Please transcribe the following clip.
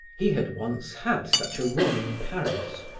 he had once had such a room in paris,